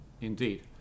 indeed